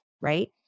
right